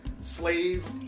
slave